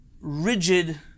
rigid